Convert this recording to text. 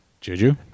Juju